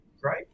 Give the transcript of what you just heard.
great